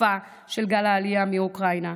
בתקופה של גל העלייה מאוקראינה,